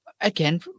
again